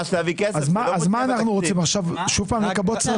אז מה אנחנו רוצים עכשיו, שוב פעם לכבות שריפות?